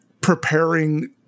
preparing